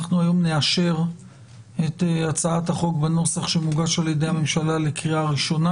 אנחנו היום נאשר את הצעת החוק בנוסח שמוגש על ידי הממשלה לקריאה ראשונה.